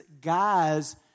guys